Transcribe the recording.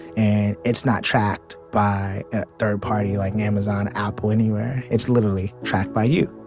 and it's not tracked by a third party like amazon, apple, anywhere, it's literally tracked by you